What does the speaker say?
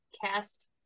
cast